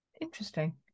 Interesting